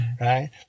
Right